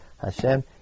Hashem